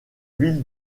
ville